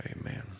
Amen